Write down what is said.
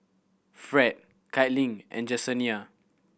Fred Caitlynn and Jesenia